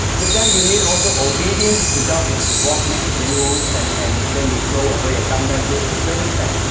but then you need also obedience, the dog has to walk next to you and and when you throw away a dumbbell he has to bring it back.